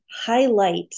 highlight